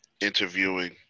interviewing